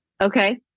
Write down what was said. okay